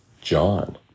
John